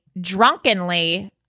drunkenly